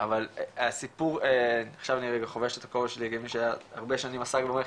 אבל הסיפור עכשיו אני לרגע חובש את הכובע שהרבה שנים עסקנו במערכת